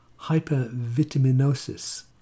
hypervitaminosis